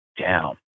down